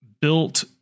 built